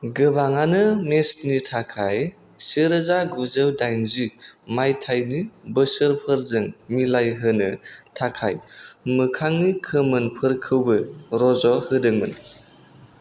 गोबाङानो मेत्चनि थाखाय से रोजा गुजौ दाइनजि मायथाइनि बोसोरफोरजों मिलायहोनो थाखाय मोखांनि खोमोनफोरखौबो रज' होदोंमोन